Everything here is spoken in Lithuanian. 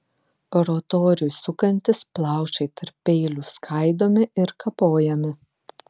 rotoriui sukantis plaušai tarp peilių skaidomi ir kapojami